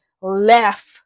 left